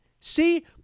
see